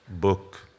book